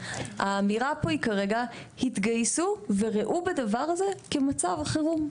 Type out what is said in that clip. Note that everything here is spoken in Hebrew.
האמירה כרגע היא התגייסו וראו בדבר הזה כמצב חירום.